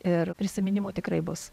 ir prisiminimų tikrai bus